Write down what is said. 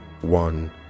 one